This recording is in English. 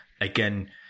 again